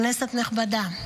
כנסת נכבדה,